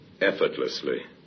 effortlessly